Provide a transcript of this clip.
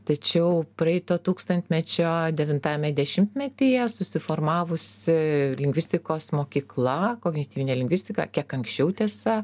tačiau praeito tūkstantmečio devintajame dešimtmetyje susiformavusi lingvistikos mokykla kognityvinė lingvistika kiek anksčiau tiesa